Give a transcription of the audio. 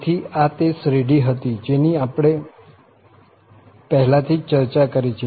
તેથી આ તે શ્રેઢી હતી જેની આપણે પહેલાથી જ ચર્ચા કરી છે